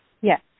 Yes